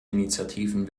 initiativen